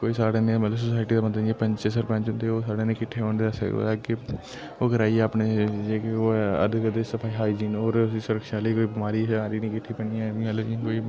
कोई साढ़ै जनेह् मतलब सोसाइटी दा बंदा जियां पैंच सरपैंच दे ओह् साढ़े कन्नै किट्ठे होन ते अस ओह् कराइयै अपने जेह्के ओह् ऐ इर्द गिर्द सफाई हाइजीन होर ओह्दी सुरक्षा आह्ली कोई बमारी शमारी नी किट्ठी बनी जाए एम एल ए जियां कोई